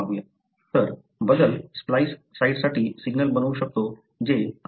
तर बदल स्प्लाईस साइटसाठी सिग्नल बनवू शकतो जे आधी उपस्थित नाही